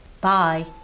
Bye